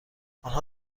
آنها